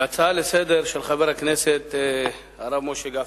להצעה לסדר-היום של חבר הכנסת הרב משה גפני,